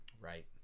Right